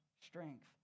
strength